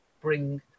bring